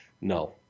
No